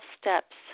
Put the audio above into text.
steps